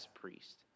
priest